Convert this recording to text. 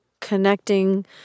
connecting